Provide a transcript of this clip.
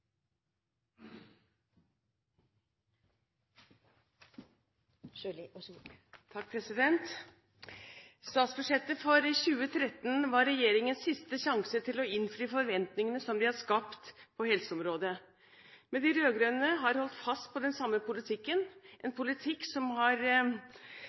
Statsbudsjettet for 2013 var regjeringens siste sjanse til å innfri forventningene de har skapt på helseområdet. Men de rød-grønne har holdt fast på den samme politikken, en